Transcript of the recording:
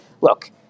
Look